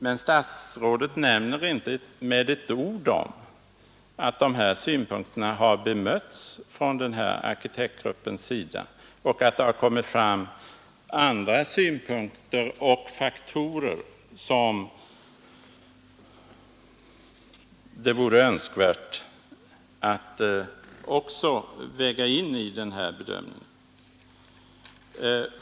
Men statsrådet nämner inte med ett ord att de här synpunkterna har bemötts av arkitektgruppen och att det har kommit fram andra synpunkter och faktorer, som det vore önskvärt att också väga in i bedömningen.